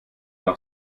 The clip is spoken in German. noch